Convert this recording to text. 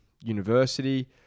university